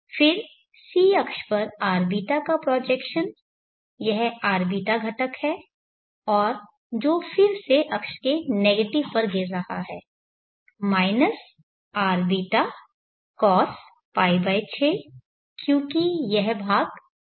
फिर c अक्ष पर rβ का प्रोजेक्शन यह rβ घटक है और जो फिर से अक्ष के नेगेटिव पर गिर रहा है rβ cos π6 क्योंकि यह भाग 300 है